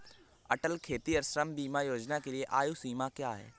अटल खेतिहर श्रम बीमा योजना के लिए आयु सीमा क्या है?